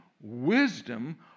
wisdom